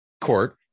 court